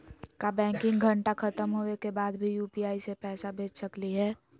का बैंकिंग घंटा खत्म होवे के बाद भी यू.पी.आई से पैसा भेज सकली हे?